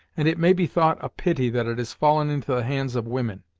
and it may be thought a pity that it has fallen into the hands of women.